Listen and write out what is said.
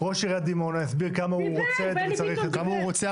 ראש עיריית דימונה כמה הוא רוצה את זה וצריך את זה --- כמה הוא רוצה,